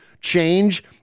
change